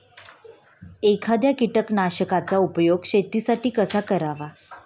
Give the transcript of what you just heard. एखाद्या कीटकनाशकांचा उपयोग शेतीसाठी कसा करावा?